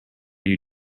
you